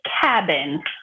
cabin